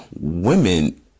women